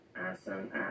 Awesome